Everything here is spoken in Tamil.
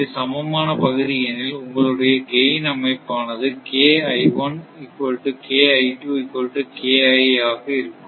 இது சமமான பகுதி எனில் உங்களுடைய கெயின் அமைப்பானது ஆக இருக்கும்